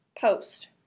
post